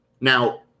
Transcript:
now